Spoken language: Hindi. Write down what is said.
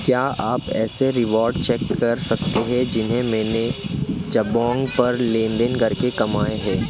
क्या आप ऐसे रिवॉर्ड चेक कर सकते हैं जिन्हें मैंने जबौंग पर लेनदेन करके कमाए हैं